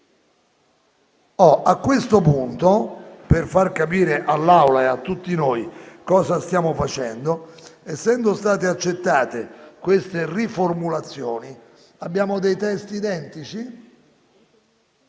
A questo punto, per far capire all'Assemblea e a ciascuno di noi cosa stiamo facendo, essendo state accettate queste riformulazioni, abbiamo dei testi identici.